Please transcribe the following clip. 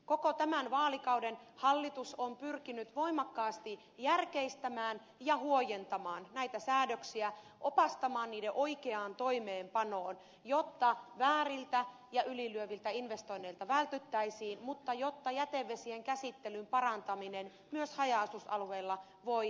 koko tämän vaalikauden hallitus on pyrkinyt voimakkaasti järkeistämään ja huojentamaan näitä säädöksiä opastamaan niiden oikeaan toimeenpanoon jotta vääriltä ja ylilyöviltä investoinneilta vältyttäisiin mutta jotta jätevesien käsittelyn parantaminen myös haja asutusalueilla voi määrätietoisesti edetä